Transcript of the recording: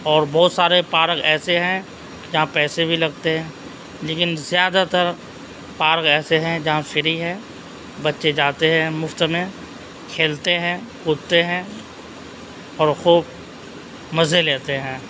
اور بہت سارے پارک ایسے ہیں جہاں پیسے بھی لگتے ہیں لیکن زیادہ تر پارک ایسے ہیں جہاں فری ہے بچے جاتے ہیں مفت میں کھیلتے ہیں کودتے ہیں اور خوب مزے لیتے ہیں